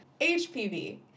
HPV